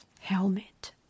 helmet